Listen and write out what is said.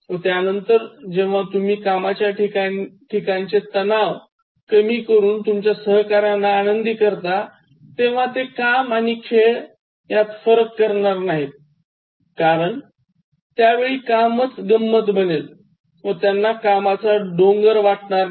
व त्यांनतर जेव्हा तुम्ही कामाच्या ठिकाणचे तणाव कमी करून तुमच्या सहकार्यांना आनंदी करता तेव्हा ते काम आणि खेळ यात फरक करणार नाहीत कारण त्यावेळी कामच गंमत बनेल व त्यांना कामाचा डोंगर वाटणार नाही